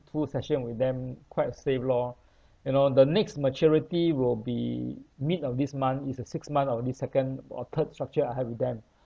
two session with them quite safe lor you know the next maturity will be mid of this month is the sixth month of this second or third structure I have with them